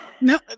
No